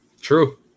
true